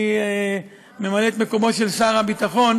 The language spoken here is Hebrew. אני ממלא את מקומו של שר הביטחון,